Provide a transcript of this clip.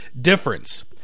difference